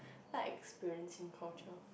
like experiencing cultural